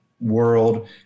world